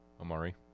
Amari